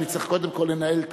אני צריך קודם כול לנהל את